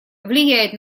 влияет